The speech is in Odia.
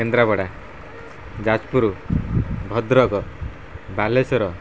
କେନ୍ଦ୍ରାପଡ଼ା ଯାଜପୁର ଭଦ୍ରକ ବାଲେଶ୍ଵର